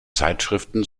zeitschriften